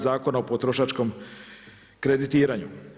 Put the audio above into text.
Zakona o potrošačkom kreditiranju.